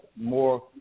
more